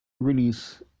release